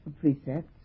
precepts